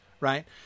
right